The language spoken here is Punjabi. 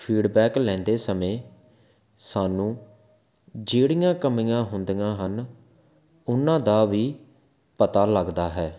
ਫੀਡਬੈਕ ਲੈਂਦੇ ਸਮੇਂ ਸਾਨੂੰ ਜਿਹੜੀਆਂ ਕਮੀਆਂ ਹੁੰਦੀਆਂ ਹਨ ਉਹਨਾਂ ਦਾ ਵੀ ਪਤਾ ਲੱਗਦਾ ਹੈ